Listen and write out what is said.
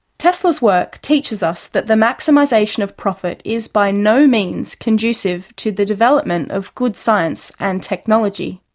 tesla's work teaches us that the maximisation of profit is by no means conducive to the development of good science and technology.